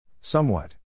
Somewhat